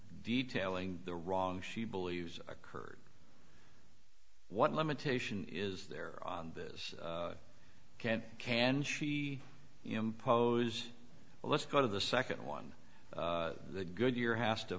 detailing the wrong she believes occurred what limitation is there this can't can she impose let's go to the second one the goodyear has to